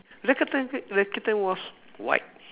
the kitten was white